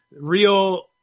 real